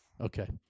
Okay